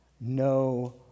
no